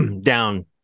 down